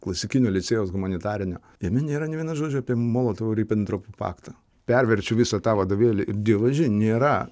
klasikinio licėjaus humanitarinio jame nėra nė vieno žodžio apie molotovo ribentropo paktą perverčiu visą tą vadovėlį ir dievaži nėra